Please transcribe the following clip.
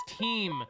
team